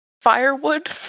Firewood